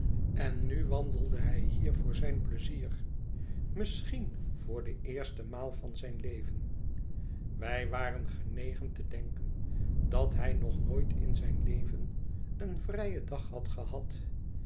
en nu wandelde hij hier voor zijn pleizier misschien voor de eerste maal van zijn leven wij waren genegen te denken dat hij nog nooit in zijn leven een vrijendaghadgehad en ook